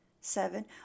Seven